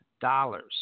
dollars